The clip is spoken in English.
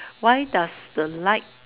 why does the light